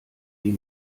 die